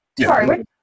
Sorry